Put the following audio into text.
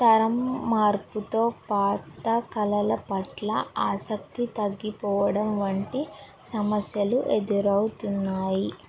తరం మార్పుతో పాత కళల పట్ల ఆసక్తి తగ్గిపోవడం వంటి సమస్యలు ఎదురవుతున్నాయి